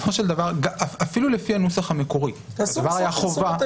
אפילו לפי הנוסח המקורי הדבר היה חובה.